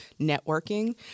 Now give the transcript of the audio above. networking